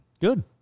Good